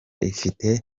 ifite